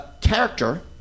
character